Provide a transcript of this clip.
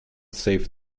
saved